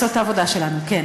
אנחנו עושות את העבודה שלנו, כן.